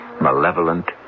Malevolent